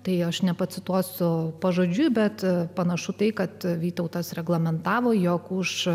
tai aš nepacituosiu pažodžiui bet panašu tai kad vytautas reglamentavo jog už